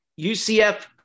UCF